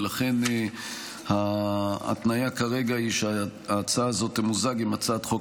ולכן ההתניה כרגע היא שההצעה הזו תמוזג עם הצעת חוק